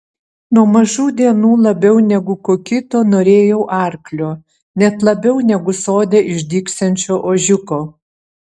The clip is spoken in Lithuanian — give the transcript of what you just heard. nuo mažų dienų labiau negu ko kito norėjau arklio net labiau negu sode išdygsiančio ožiuko